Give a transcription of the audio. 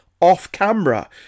off-camera